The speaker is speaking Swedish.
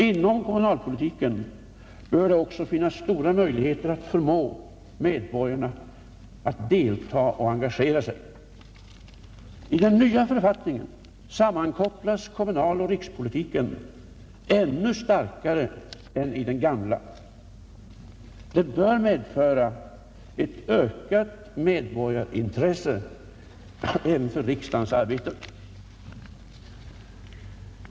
Inom kommunalpolitiken bör det också finnas stora möjligheter att förmå medborgarna att delta och engagera sig. I den nya författningen sammankopplas kommunaloch rikspolitiken ännu starkare än i den gamla. Det bör medföra ett ökat medborgarintresse även för riksdagens arbete.